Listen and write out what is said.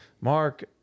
Mark